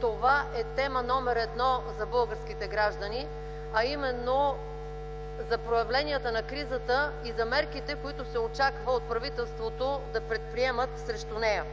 това е тема № 1 за българските граждани, а именно за проявленията на кризата и за мерките, които се очаква правителството да предприеме срещу нея.